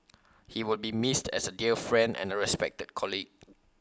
he will be missed as A dear friend and A respected colleague